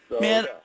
Man